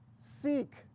seek